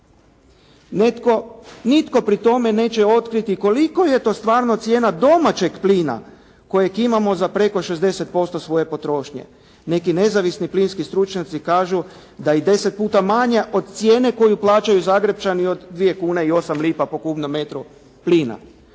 Nitko pri tome neće otkriti koliko je to stvarno cijena domaćeg plina kojeg imamo za preko 60% svoje potrošnje. Neki nezavisni plinski stručnjaci kažu da i 10 puta manje od cijene koju plaćaju Zagrepčani od 2 kune i 8 lipa po kubnom metru plina.